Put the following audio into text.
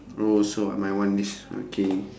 oh so I might want this okay